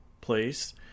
place